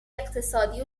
اقتصادی